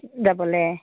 যাবলৈ